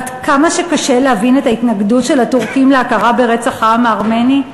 ועד כמה שקשה להבין את ההתנגדות של הטורקים להכרה ברצח העם הארמני,